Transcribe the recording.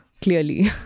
clearly